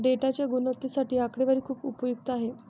डेटाच्या गुणवत्तेसाठी आकडेवारी खूप उपयुक्त आहे